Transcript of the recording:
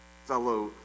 fellow